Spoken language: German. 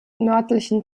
nördlichen